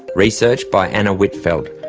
research by anna whitfeld,